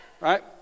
Right